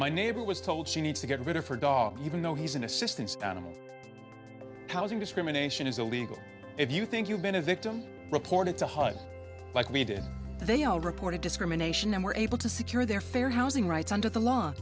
my neighbor was told she needs to get rid of her dog even though he's an assistant animal housing discrimination is illegal if you think you've been a victim reported to hard like me did they all reported discrimination and were able to secure their fair housing rights under the lawn